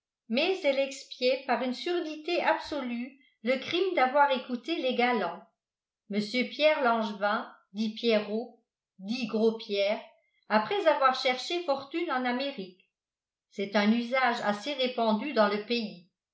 mais elle expiait par une surdité absolue le crime d'avoir écouté les galants mr pierre langevin dit pierrot dit gros pierre après avoir cherché fortune en amérique c'est un usage assez répandu dans le pays